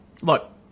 look